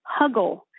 huggle